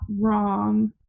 wrong